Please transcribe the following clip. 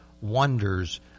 wonders